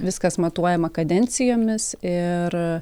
viskas matuojama kadencijomis ir